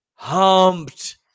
humped